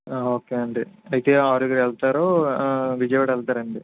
ఆ ఓకే ఆండీ అయితే ఆరుగురు వెళ్తారు విజయవాడ వెళ్తారండి